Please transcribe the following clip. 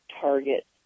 target